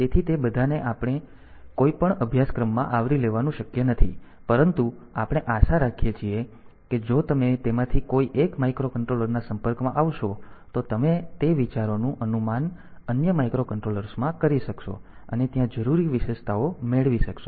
તેથી તે બધાને કોઈપણ અભ્યાસક્રમમાં આવરી લેવાનું શક્ય નથી પરંતુ આપણે આશા રાખીએ છીએ કે જો તમે તેમાંથી કોઈ એક માઇક્રોકન્ટ્રોલર ના સંપર્કમાં આવશો તો તમે તે વિચારોનું અનુમાન અન્ય માઇક્રોકન્ટ્રોલર્સમાં કરી શકશો અને ત્યાં જરૂરી વિશેષતાઓ મેળવી શકશો